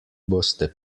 boste